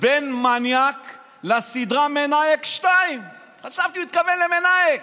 בין מניאק לסדרה מנאייכ 2. חשבתי שהוא התכוון למנאייכ.